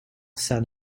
sell